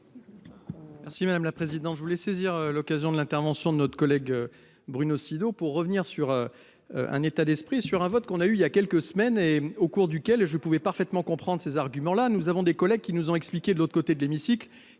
Merci madame la présidente, je voulais saisir l'occasion de l'intervention de notre collègue Bruno Sido pour revenir sur. Un état d'esprit sur un vote qu'on a eu il y a quelques semaines et au cours duquel je pouvais parfaitement comprendre ces arguments là nous avons des collègues qui nous ont expliqué. De l'autre côté de l'hémicycle,